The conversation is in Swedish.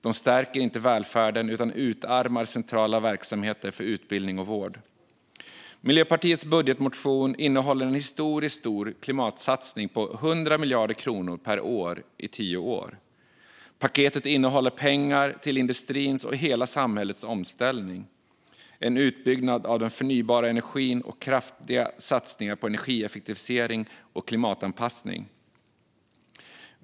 Det stärker inte välfärden utan utarmar centrala verksamheter för utbildning och vård. Miljöpartiets budgetmotion innehåller en historiskt stor klimatsatsning på 100 miljarder kronor per år i tio år. Paketet innehåller pengar till industrins och hela samhällets omställning, en utbyggnad av den förnybara energin och kraftiga satsningar på energieffektivisering och klimatanpassning.